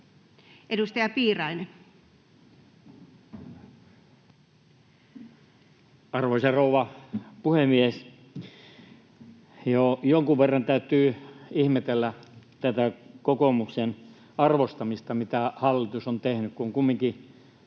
Edustaja Piirainen. Arvoisa rouva puhemies! Joo, jonkun verran täytyy ihmetellä tätä kokoomuksen arvostelua sen suhteen, mitä hallitus on tehnyt, kun kumminkin